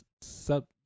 sub